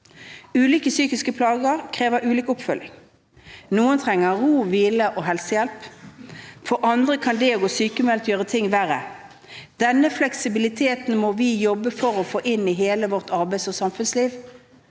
Ulike psykiske plager krever ulik oppfølging. Noen trenger ro, hvile og helsehjelp. For andre kan det å gå sykemeldt gjøre ting verre. Denne fleksibiliteten må vi jobbe for å få inn i hele vårt arbeids- og samfunnsliv.